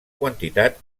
quantitat